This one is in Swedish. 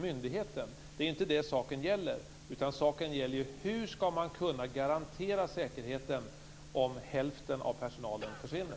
Men det är inte det som saken gäller, utan saken gäller hur man skall kunna garantera säkerheten om hälften av personalen försvinner.